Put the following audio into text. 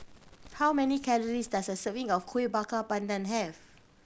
how many calories does a serving of Kuih Bakar Pandan have